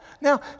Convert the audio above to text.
now